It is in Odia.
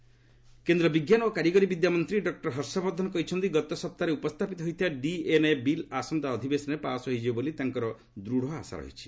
ହର୍ଷବର୍ଦ୍ଧନ କେନ୍ଦ୍ର ବିଜ୍ଞାନ ଓ କାରିଗରୀ ବିଦ୍ୟା ମନ୍ତ୍ରୀ ଡକ୍କର ହର୍ଷବର୍ଦ୍ଧନ କହିଛନ୍ତି ଗତ ସପ୍ତାହରେ ଉପସ୍ଥାପିତ ହୋଇଥିବା ଡିଏନ୍ଏ ବିଲ୍ ଆସନ୍ତା ଅଧ୍ୟବେଶନରେ ପାସ୍ ହୋଇଯିବ ବୋଲି ତାଙ୍କର ଆଶା ରହିଛି